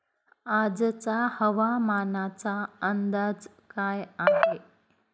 आजचा हवामानाचा अंदाज काय आहे?